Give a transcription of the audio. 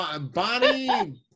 Bonnie